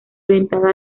orientada